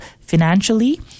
financially